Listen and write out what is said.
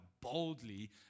boldly